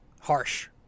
harsh